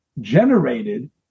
generated